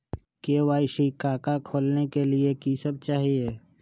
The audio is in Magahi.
के.वाई.सी का का खोलने के लिए कि सब चाहिए?